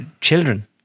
children